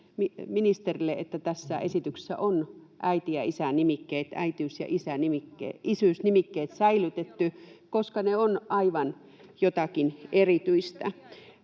ja isä-nimikkeet, äitiys- ja isyys-nimikkeet säilytetty, koska ne ovat aivan jotakin erityistä.